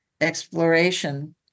exploration